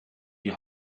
die